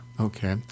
Okay